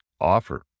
offer